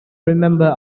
remember